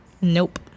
Nope